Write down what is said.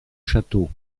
château